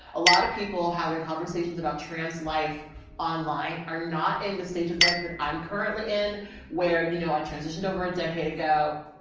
a lot of people having conversations about trans life online are not in the stage of life that i'm currently in where, you know, i transitioned over a decade ago.